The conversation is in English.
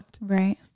Right